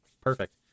Perfect